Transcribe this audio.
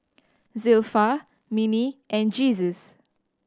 Zilpha Minnie and Jesus